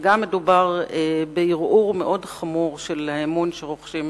וגם מדובר בערעור מאוד חמור של האמון שרוחשים